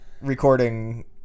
recording